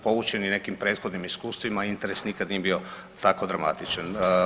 Poučeni nekim prethodnim iskustvima interes nikada nije bio tako dramatičan.